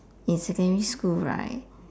in secondary school right